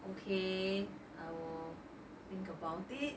okay I will think about it